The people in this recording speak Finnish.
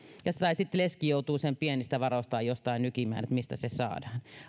tai sitten leski joutuu sen pienistä varoistaan nykimään jostain mistä se saadaan